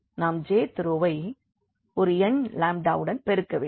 நாம் j thரோவை ஒரு எண் லாம்டாவுடன் பெருக்க வேண்டும்